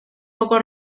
poco